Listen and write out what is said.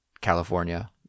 California